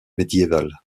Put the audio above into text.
médiévale